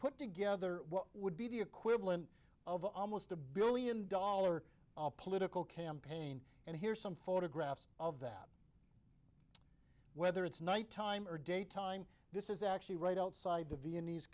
put together what would be the equivalent of almost a billion dollar political campaign and here's some photographs of that whether it's night time or day time this is actually right outside the viennese